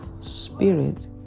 spirit